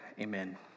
Amen